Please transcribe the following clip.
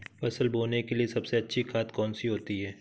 फसल बोने के लिए सबसे अच्छी खाद कौन सी होती है?